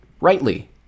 rightly